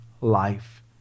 life